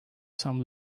some